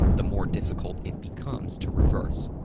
the more difficult it becomes to reverse.